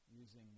using